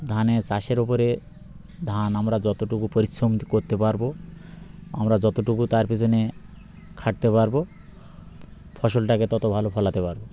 ধানে চাষের ওপরে ধান আমরা যতটুকু পরিশ্রম করতে পারবো আমরা যতটুকু তার পিছনে খাটতে পারবো ফসলটাকে তত ভালো ফলাতে পারবো